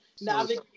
navigate